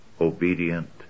obedient